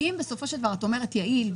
כי אם בסופו של דבר את אומרת: יעיל,